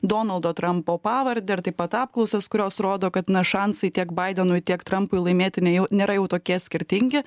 donaldo trampo pavardę ir taip pat apklausas kurios rodo kad na šansai tiek baidenui tiek trumpui laimėti nejau nėra jau tokie skirtingi